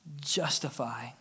justify